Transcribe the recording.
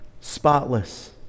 spotless